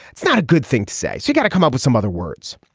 it's not a good thing to say. you've got to come up with some other words